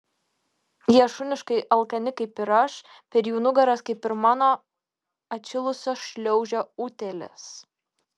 jie šuniškai alkani kaip ir aš per jų nugaras kaip ir mano atšilusios šliaužia utėlės